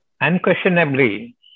Unquestionably